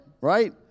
right